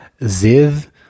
Ziv